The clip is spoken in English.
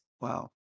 Wow